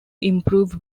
improve